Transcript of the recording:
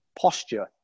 posture